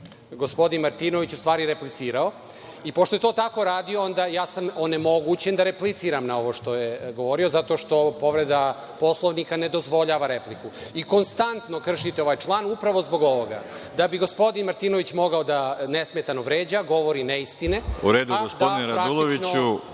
gospodin Martinović u stvari replicirao. Pošto je to tako radio, onda sam ja onemogućen da repliciram na ovo što je govorio, zato što povreda Poslovnika ne dozvoljava repliku. Konstantno kršite ovaj član upravo zbog ovoga, da bi gospodin Martinović mogao da nesmetano vređa, govori neistine,